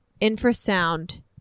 infrasound